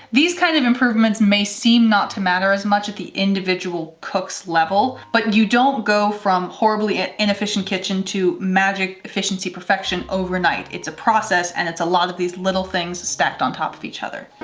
these kinds of improvements may seem not to matter as much at the individual cooks level, but you don't go from horribly inefficient kitchen to magic efficiency, perfection overnight. it's a process. and it's a lot of these little things stacked on top of each other.